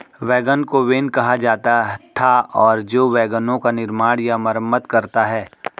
wagon को wain कहा जाता था और जो वैगनों का निर्माण या मरम्मत करता है